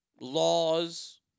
laws